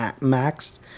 max